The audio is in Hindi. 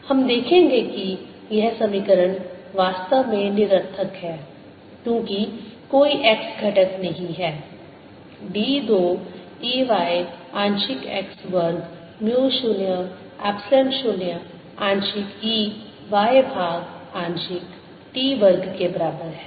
हम देखेंगे कि यह समीकरण वास्तव में निरर्थक है क्योंकि कोई x घटक नहीं है d 2 E y आंशिक x वर्ग म्यू 0 एप्सिलॉन 0 आंशिक E y भाग आंशिक t वर्ग के बराबर है